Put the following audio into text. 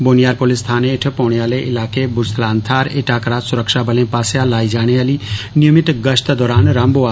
Boniyar police थाने ऐठ पौने आह्ले ईलाके बुजथलान थाह्र एह् टाकरा सुरक्षाबलें पास्सेआ लाई जाने आह्ली नियमित गश्त दौरान रम्म होआ